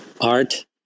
art